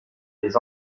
des